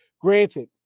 granted